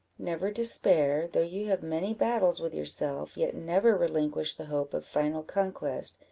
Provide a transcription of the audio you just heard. never despair though you have many battles with yourself, yet never relinquish the hope of final conquest,